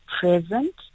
present